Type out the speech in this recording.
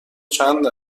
چند